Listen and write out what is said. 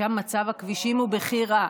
שם מצב הכבישים הוא בכי רע.